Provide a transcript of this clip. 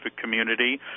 community